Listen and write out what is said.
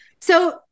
So-